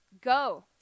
Go